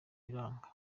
biranga